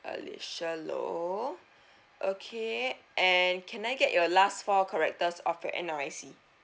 alicia low okay and can I get your last four characters of your N_R_I_C